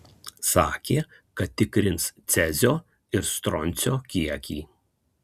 sakė kad tikrins cezio ir stroncio kiekį